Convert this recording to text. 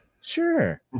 Sure